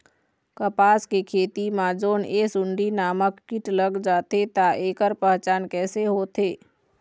कपास के खेती मा जोन ये सुंडी नामक कीट लग जाथे ता ऐकर पहचान कैसे होथे?